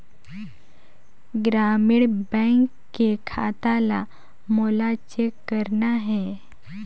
ग्रामीण बैंक के खाता ला मोला चेक करना हे?